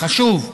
החשוב,